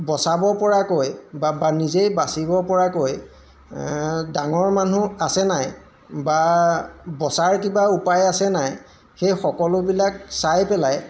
বচাব পৰাকৈ বা নিজেই বাচিব পৰাকৈ ডাঙৰ মানুহ আছে নাই বা বচাৰ কিবা উপায় আছে নাই সেই সকলোবিলাক চাই পেলাই